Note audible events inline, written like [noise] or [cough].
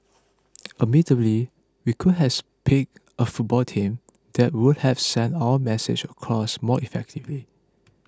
[noise] admittedly we could has picked a football team that would have sent our message across more effectively